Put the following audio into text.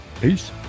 Peace